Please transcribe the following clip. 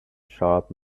sharp